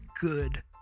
good